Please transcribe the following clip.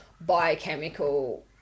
biochemical